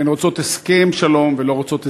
הן רוצות הסכם שלום ולא רוצות הסדר,